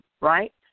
right